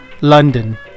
london